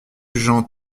jean